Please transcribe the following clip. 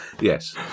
Yes